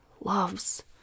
loves